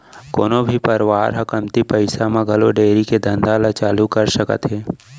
कोनो भी परवार ह कमती पइसा म घलौ डेयरी के धंधा ल चालू कर सकत हे